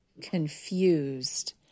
confused